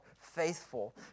faithful